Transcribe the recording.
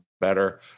better